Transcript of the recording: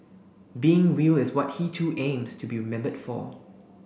being real is what he too aims to be remembered for